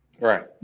Right